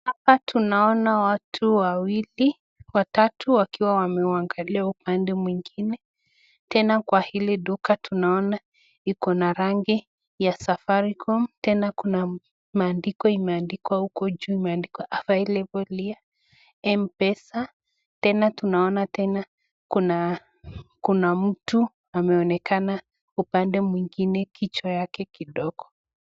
Hapa tunaona watu wawili, watatu wakiwa wameuangalia upande mwingine. Tena kwa hili duka tunaona iko na rangi ya safaricom, tena kuna maandiko imeandikwa huko juu imeandikwa [available here] M-pesa. Tena tunaona tena kuna mtu ameonekana upande mwingine kichwa yake kidogo.